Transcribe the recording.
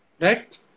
right